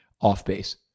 off-base